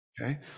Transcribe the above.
Okay